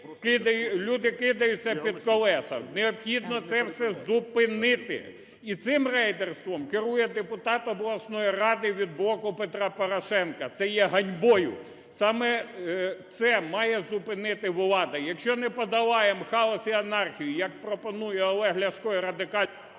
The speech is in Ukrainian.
люди кидаються під колеса. Необхідно це все зупинити. І цим рейдерством керує депутат обласної ради від "Блоку Петра Порошенка", це є ганьбою. Саме це має зупинити влада. Якщо не подолаємо хаос і анархію, як пропонує Олег Ляшко і Радикальна…